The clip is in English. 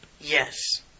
Yes